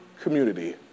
community